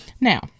Now